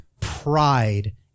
pride